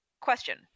Question